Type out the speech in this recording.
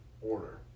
order